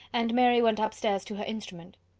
and mary went up stairs to her instrument.